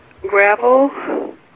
Gravel